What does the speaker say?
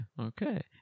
Okay